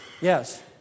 Yes